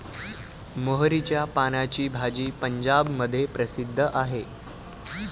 मोहरीच्या पानाची भाजी पंजाबमध्ये प्रसिद्ध आहे